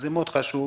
זה מאוד חשוב.